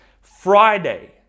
Friday